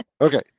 Okay